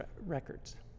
records